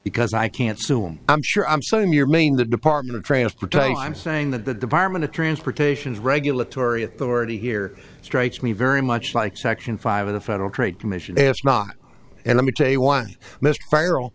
because i can't sue him i'm sure i'm so in your main the department of transportation i'm saying that the department of transportation's regulatory authority here strikes me very much like section five of the federal trade commission asked not and let me tell you one mr spiral